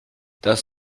dass